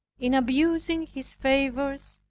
in abusing his favors,